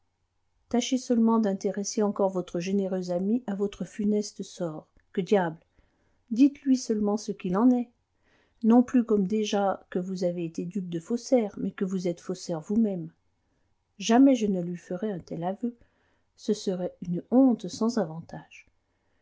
tâchez seulement d'intéresser encore votre généreuse amie à votre funeste sort que diable dites-lui seulement ce qu'il en est non plus comme déjà que vous avez été dupe de faussaires mais que vous êtes faussaire vous-même jamais je ne lui ferai un tel aveu ce serait une honte sans avantage